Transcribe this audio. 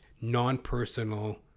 non-personal